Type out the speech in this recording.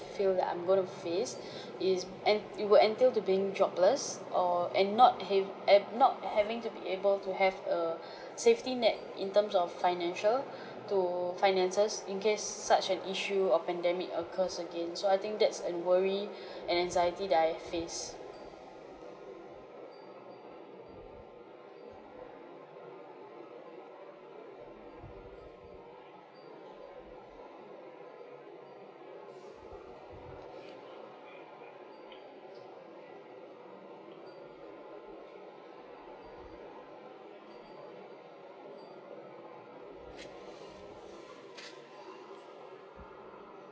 feel that I'm going to face is and it would entail to being jobless or and not have and not having to be able to have a safety net in terms of financial to finances in case such an issue or pandemic occurs again so I think that's an worry and anxiety that I face